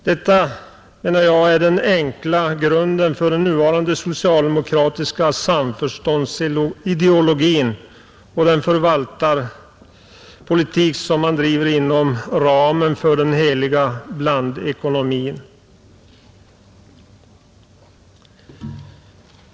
Detta menar jag är den enkla grunden för den nuvarande socialdemokratiska samförståndsideologin och den förvaltarpolitik som man bedriver inom ramen för den heliga blandekonomin.